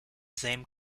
sejm